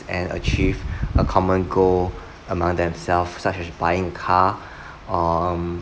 and achieve a common goal among themselves such as buying car um